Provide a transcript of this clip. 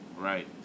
Right